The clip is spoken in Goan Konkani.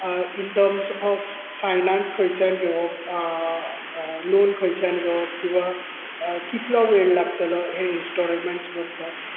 इन टर्म्स ऑफ फायनांस खंयचे घेवप लॉन खंयच्यान घेवप किंवां कितलों वेळ लागतलो हे इन्स्टोलमँट्स भरपाक